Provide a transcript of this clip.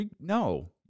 no